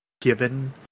given